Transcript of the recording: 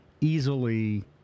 easily